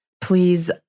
please